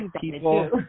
people